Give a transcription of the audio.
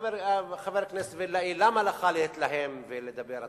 חבר הכנסת וילנאי, למה לך להתלהם ולדבר?